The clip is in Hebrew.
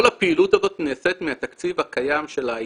כל הפעילות הזאת נעשית מהתקציב הקיים של ה-IT,